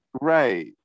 Right